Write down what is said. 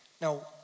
Now